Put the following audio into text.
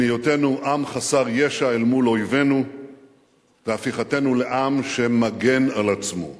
מהיותנו עם חסר ישע אל מול אויבינו להפיכתנו לעם שמגן על עצמו.